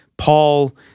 Paul